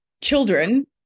children